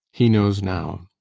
he knows now.